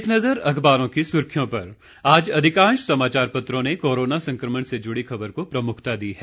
एक नज़र अखबारों की सुर्खियों पर आज अधिकांश समाचार पत्रों ने कोरोना संक्रमण से जुड़ी खबर को प्रमुखता दी है